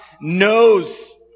knows